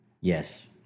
Yes